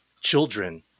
children